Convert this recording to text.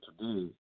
today